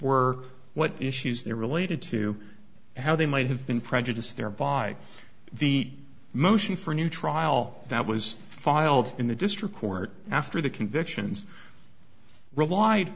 were what issues there related to how they might have been prejudiced there by the motion for a new trial that was filed in the district court after the convictions relied